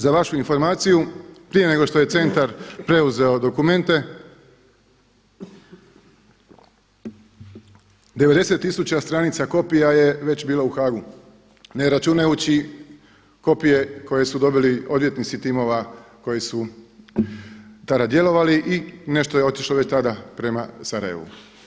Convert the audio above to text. Za vašu informaciju, prije nego što je centar preuzeo dokumente 90000 stranica kopija je već bilo u Haagu ne računajući kopije koje su dobili odvjetnici timova koji su tada djelovali i nešto je otišlo već tada prema Sarajevu.